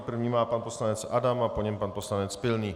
První má pan poslanec Adam a po něm pan poslanec Pilný.